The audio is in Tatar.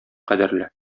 кадерле